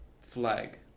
flag